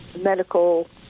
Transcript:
medical